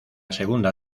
segunda